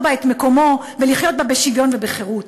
את מקומו ולחיות בה בשוויון ובחירות,